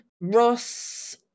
ross